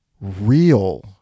real